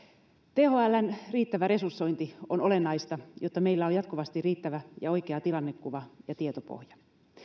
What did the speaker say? thln riittävä resursointi on olennaista jotta meillä on jatkuvasti riittävä ja oikea tilannekuva ja tietopohja